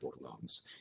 loans